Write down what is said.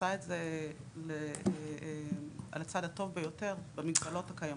ועושה את זה על הצד הטוב ביותר, במגבלות הקיימות.